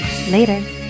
Later